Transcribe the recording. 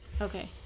Okay